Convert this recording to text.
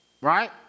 right